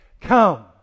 Come